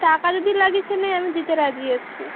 টাকা যদি লাগে সে নয় আমি দিতে রাজি আছি